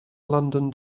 london